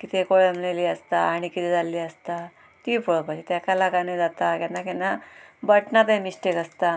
कितें कळम येल्ली आसता आनी कितें जाल्ली आसता ती पळोवपाची तेका लागून जाता केन्ना केन्ना बटनांतूय मिस्टेक आसता